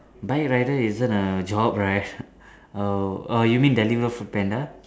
bike rider isn't a job right oh oh you mean deliver Foodpanda